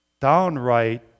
downright